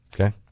Okay